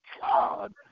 God